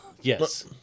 Yes